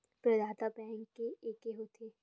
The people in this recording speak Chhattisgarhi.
प्रदाता बैंक के एके होथे?